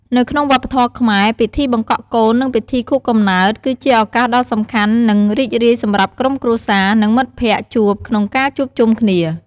នៅក្នុងវប្បធម៌ខ្មែរ ពិធីបង្កក់កូន និងពិធីខួបកំណើត គឺជាឱកាសដ៏សំខាន់ និងរីករាយសម្រាប់ក្រុមគ្រួសារ និងមិត្តភក្តិជួបក្នុងការជួបជុំគ្នា។